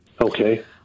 Okay